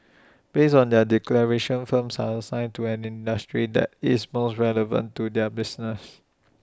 based on their declarations firms are assigned to an industry that is most relevant to their business